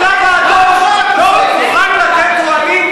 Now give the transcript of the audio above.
הצלב-האדום לא מוכן לתת אוהלים,